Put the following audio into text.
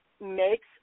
makes